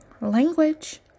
Language